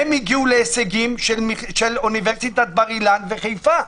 הם הגיעו להישגים של אוניברסיטת בר אילן וחיפה.